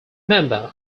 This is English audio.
member